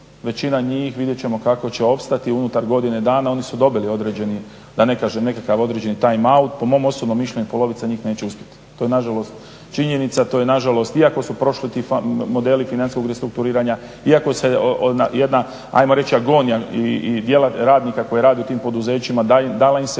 većina njih, vidjet ćemo kako će opstati unutar godine dana o oni su dobili određeni da ne kažem nekakav određeni time-out. Po mom osobnom mišljenju polovica njih neće uspjeti. To je nažalost činjenica, to je nažalost iako su prošli ti modeli financijskog restrukturiranja, iako se jedna ajmo reći agonija i djela radnika koji rade u tim poduzećima dala im se